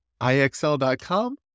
IXL.com